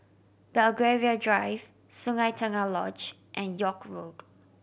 Belgravia Drive Sungei Tengah Lodge and York Road